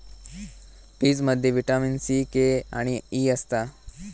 पीचमध्ये vitamin C, K आणि E असता